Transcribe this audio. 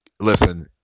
Listen